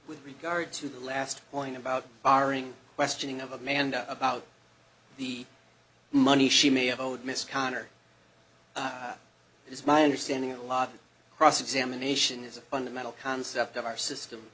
with regard to the last point about barring questioning of amanda about the money she may have owed miss conner is my understanding a lot of cross examination is a fundamental concept of our system